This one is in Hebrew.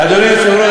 אדוני היושב-ראש,